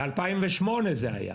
בשנת 2008 הרי זה היה,